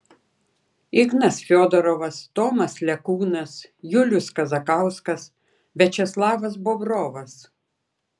ignas fiodorovas tomas lekūnas julius kazakauskas viačeslavas bobrovas